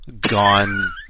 gone